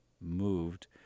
moved